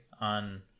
on